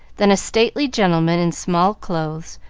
then a stately gentleman in small clothes,